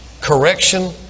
Correction